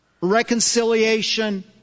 reconciliation